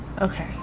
Okay